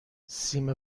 سیم